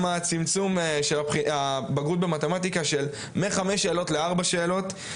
גם הצמצום של בגרות במתמטיקה מחמש שאלות לארבע שאלות.